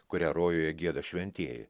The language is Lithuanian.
kurią rojuje gieda šventieji